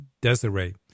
Desiree